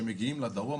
כשמגיעים לדרום,